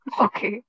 Okay